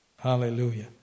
Hallelujah